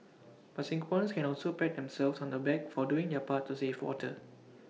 but Singaporeans can also pat themselves on the back for doing their part to save water